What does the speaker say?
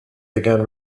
began